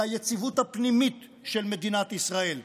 ליציבות הפנימית של מדינת ישראל.